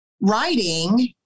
writing